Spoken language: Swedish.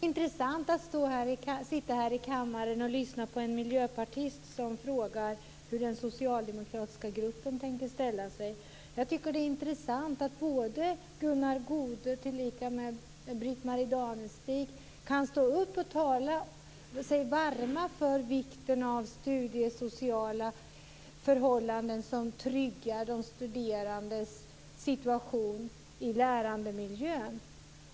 Fru talman! Det var intressant att sitta här i kammaren och lyssna på en miljöpartist som frågar hur den socialdemokratiska gruppen tänker ställa sig. Det är också intressant att både Gunnar Goude och Britt Marie Danestig kan tala sig varma för vikten av studiesociala förhållanden som tryggar de studerandes situation i lärandemiljön.